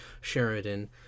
Sheridan